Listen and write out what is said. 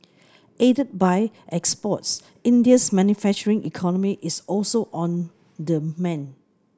aided by exports India's manufacturing economy is also on the mend